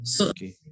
Okay